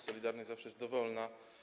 Solidarność zawsze jest dowolna.